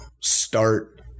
start